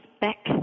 back